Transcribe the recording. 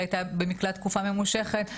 היא היתה במקלט תקופה ממושכת,